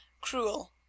cruel